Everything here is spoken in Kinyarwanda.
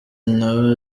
nawe